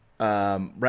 Right